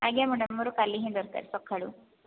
ଆଜ୍ଞା ମ୍ୟାଡ଼ାମ ମୋର କାଲି ହିଁ ଦରକାର ସକାଳୁ